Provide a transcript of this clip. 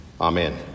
Amen